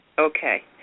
Okay